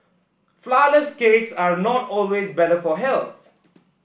flourless cakes are not always better for health